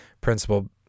principle